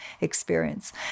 experience